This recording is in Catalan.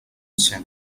cent